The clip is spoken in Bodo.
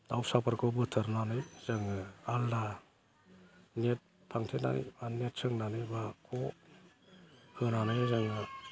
दाउसाफोरखौ बोथारनानै जोङो आलादा नेट फांथेनानै बा नेट सोंनानै बा क' होनानै जोङो